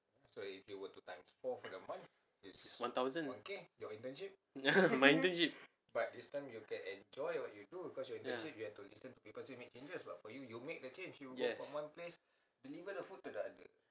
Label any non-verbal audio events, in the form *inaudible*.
one thousand *laughs* my internship ya yes